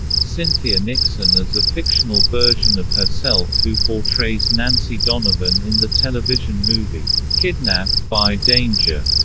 cynthia nixon as a fictional version of herself who portrays nancy donovan in the television movie kidnapped by danger